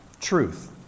truth